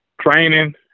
training